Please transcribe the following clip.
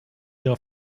ihrer